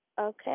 Okay